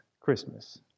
Christmas